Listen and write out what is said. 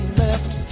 left